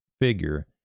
figure